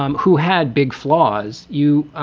um who had big flaws, you